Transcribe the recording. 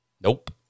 Nope